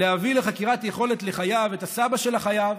להביא לחקירת יכולת לחייב את הסבא של החייב,